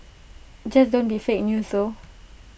just don't be fake news though